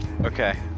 Okay